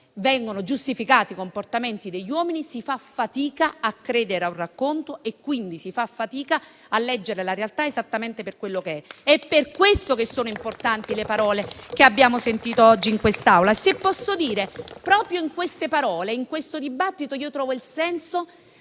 vengono giustificati i comportamenti degli uomini, si fa fatica a credere a un racconto e, quindi, si fa fatica a leggere la realtà esattamente per quello che è. È per questo che sono importanti le parole che abbiamo sentito oggi pronunciare in quest'Aula. Se posso dire, proprio nelle parole di questo dibattito trovo il senso,